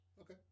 Okay